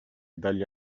dagli